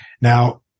Now